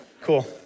cool